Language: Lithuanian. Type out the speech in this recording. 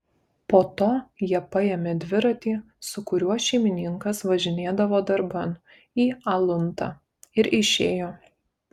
po to jie paėmė dviratį su kuriuo šeimininkas važinėdavo darban į aluntą ir išėjo